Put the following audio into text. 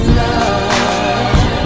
love